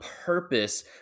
purpose